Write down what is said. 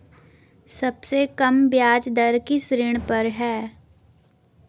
सबसे कम ब्याज दर किस ऋण पर है?